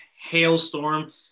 hailstorm